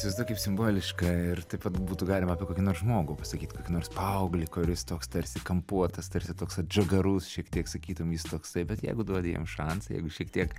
įsivaizduok kaip simboliška ir taip pat būtų galima apie kokį nors žmogų pasakyt kad nors paauglį kuris toks tarsi kampuotas tarsi toks atžagarus šiek tiek sakytum jis toksai bet jeigu duodi jam šansą jeigu šiek tiek